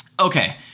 Okay